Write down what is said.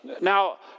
Now